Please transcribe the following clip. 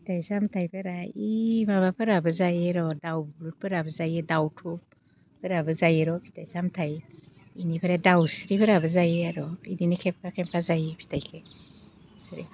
फिथाइ सामथाइफोरा इ माबाफोराबो जायो र' दाउब्लुद फोराबो जायो ए दाउथुफोराबो जायो र' फिथाइ सामथाइ इनिफ्राय दाउस्रिफोराबो जायो आर' इदिनो खेबखा खेबखा जायो फिथाइखो बिसोरो